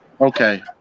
okay